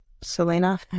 Selena